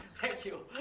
thank you.